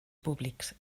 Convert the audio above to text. públics